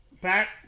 Back